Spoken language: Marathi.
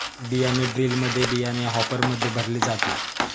बियाणे ड्रिलमध्ये बियाणे हॉपरमध्ये भरले जाते